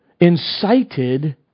incited